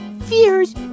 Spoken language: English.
fears